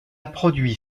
produit